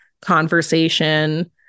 conversation